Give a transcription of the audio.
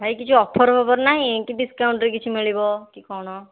ଭାଇ କିଛି ଅଫର୍ ଫଫର୍ ନାହିଁ କି ଡିସ୍କାଉଣ୍ଟ୍ରେ କିଛି ମିଳିବ କି କ'ଣ